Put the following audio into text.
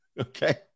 Okay